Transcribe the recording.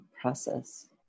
process